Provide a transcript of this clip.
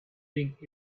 think